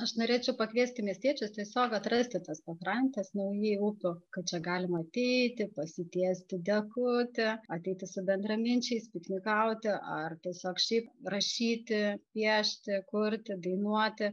aš norėčiau pakviesti miestiečius tiesiog atrasti tas pakrantes naujai upių kad čia galima ateiti pasitiesti dekutį ateiti su bendraminčiais piknikauti ar tiesiog šiaip rašyti piešti kurti dainuoti